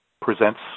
presents